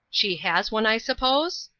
she has one, i suppose?